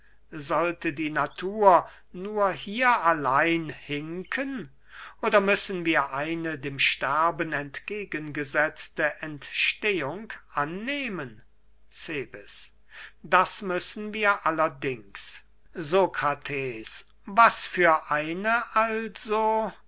sollte die natur nur hier allein hinken oder müssen wir eine dem sterben entgegengesetzte entstehung annehmen cebes das müssen wir allerdings sokrates was für eine also